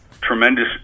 tremendous